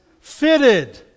Fitted